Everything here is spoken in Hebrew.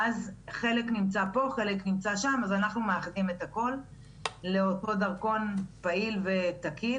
ואנחנו מאחדים את הכל לאותו דרכון פעיל ותקין.